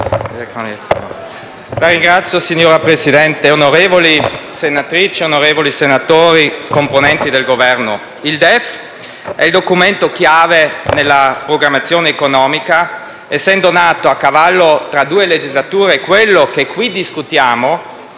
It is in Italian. UV))*. Signor Presidente, onorevoli senatrici e senatori, componenti del Governo, il DEF è il documento chiave nella programmazione economica. Essendo nato a cavallo tra due legislature, quello che qui discutiamo